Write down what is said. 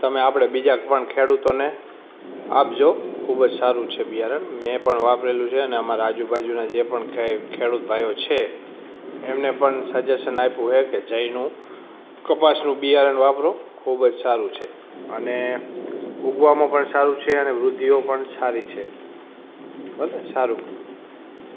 તમે આપણે બીજા પણ ખેડૂતોને આપજો ખૂબ જ સારું છે બિયારણ મેં પણ વાપરેલું છે અને અમારા આજુબાજુના જે પણ કોઇ ખેડૂત ભાઈઓ છે એમને પણ સજેશન આપ્યું છે કે જયનું કપાસનું બિયારણ વાપરો ખૂબ જ સારું છે અને ઉગવામાં પણ સારું છે અને વૃદ્ધિઓ પણ સારી છે ભલે સારું